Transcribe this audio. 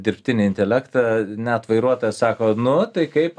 dirbtinį intelektą net vairuotojas sako nu tai kaip